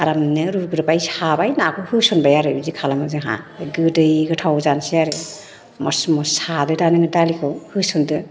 आरामनो रुग्रोबाय साबाय नाखौ होसनबाय आरो बिदि खालामो जोंहा बे गोदै गोथाव जानसै आरो मुस मुस सादो दा नों दालिखौ होसनदो